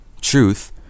truth